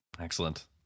Excellent